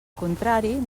contrari